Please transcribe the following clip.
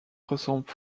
ressemble